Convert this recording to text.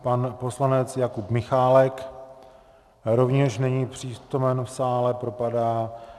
Pan poslanec Jakub Michálek rovněž není přítomen v sále, propadá.